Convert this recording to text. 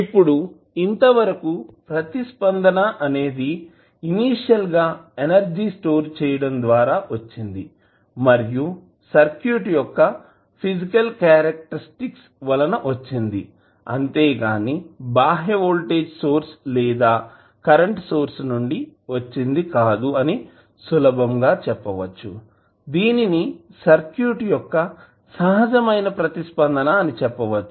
ఇప్పుడు ఇంతవరకు ప్రతిస్పందన అనేదిఇనీషియల్ గా ఎనర్జీ స్టోర్ చేయడం ద్వారా వచ్చింది మరియు సర్క్యూట్ యొక్క ఫీజికల్ కారెక్టర్స్టిక్స్ వలన వచ్చింది అంతే కానీ బాహ్య వోల్టేజ్ సోర్స్ లేదా కరెంట్ సోర్స్ నుండి వచ్చింది కాదు అని సులభంగా చెప్పవచ్చు దీనిని సర్క్యూట్ యొక్క సహజమైన ప్రతిస్పందన అని చెప్పవచ్చు